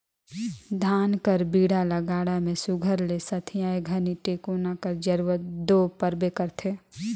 धान कर बीड़ा ल गाड़ा मे सुग्घर ले सथियाए घनी टेकोना कर जरूरत दो परबे करथे